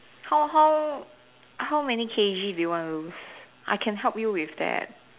how how many k_g you wanna lose I can help you with that